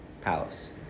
palace